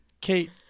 Kate